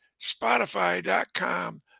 Spotify.com